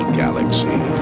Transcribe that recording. galaxy